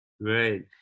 Right